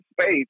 space